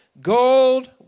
gold